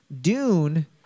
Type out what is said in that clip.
Dune